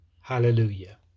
Hallelujah